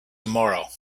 tomorrow